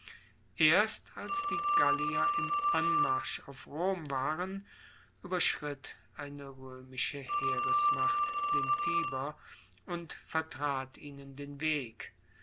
erst als die gallier im anmarsch auf rom waren ueberschritt eine roemische heeresmacht den tiber und vertrat ihnen den weg